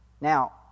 Now